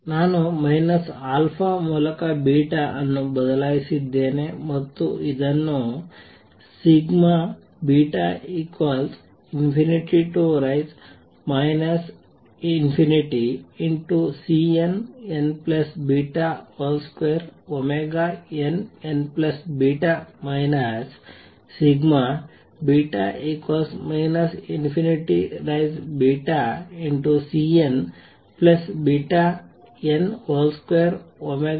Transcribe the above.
ನಾನು α ಮೂಲಕ ಅನ್ನು ಬದಲಾಯಿಸಲಿದ್ದೇನೆ ಮತ್ತು ಇದನ್ನು β∞ ∞|Cnnβ |2nnβ β ∞|Cnβn |2nβn